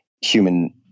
human